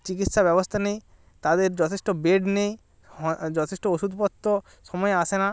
চিকিৎসা ব্যবস্থা নেই তাদের যথেষ্ট বেড নেই যথেষ্ট ওষুধপত্র সময়ে আসে না